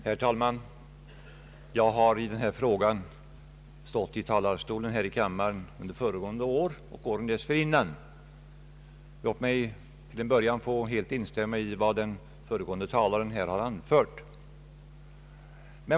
Herr talman! Jag har i denna fråga stått i kammarens talarstol under fjolåret och även tidigare. Låt mig till en början få helt instämma i vad den föregående talaren här har anfört.